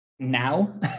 now